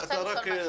אני רוצה לשאול משהו.